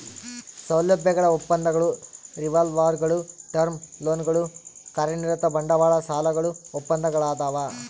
ಸೌಲಭ್ಯಗಳ ಒಪ್ಪಂದಗಳು ರಿವಾಲ್ವರ್ಗುಳು ಟರ್ಮ್ ಲೋನ್ಗಳು ಕಾರ್ಯನಿರತ ಬಂಡವಾಳ ಸಾಲಗಳು ಒಪ್ಪಂದಗಳದಾವ